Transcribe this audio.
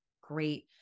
great